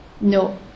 no